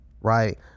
Right